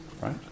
right